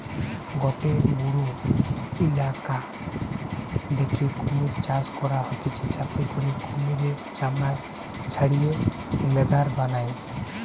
গটে বড়ো ইলাকা দ্যাখে কুমির চাষ করা হতিছে যাতে করে কুমিরের চামড়া ছাড়িয়ে লেদার বানায়